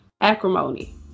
acrimony